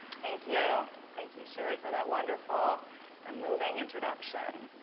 thank you and thank you sheri for that wonderful and moving introduction.